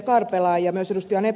karpela ja myös ed